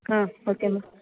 ah okay ma'am